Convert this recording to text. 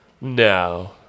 No